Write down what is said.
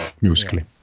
musically